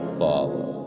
follow